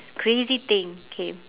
crazy thing K